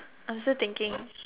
I'm still thinking